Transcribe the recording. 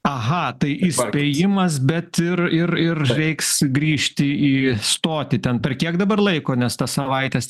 aha tai įspėjimas bet ir ir ir reiks grįžti į stotį ten per kiek dabar laiko nes tas savaites